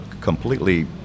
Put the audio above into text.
completely